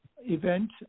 event